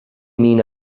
mean